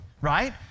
right